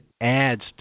adds